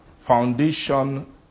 foundation